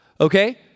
Okay